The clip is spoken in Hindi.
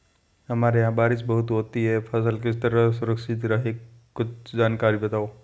हमारे यहाँ बारिश बहुत होती है फसल किस तरह सुरक्षित रहे कुछ जानकारी बताएं?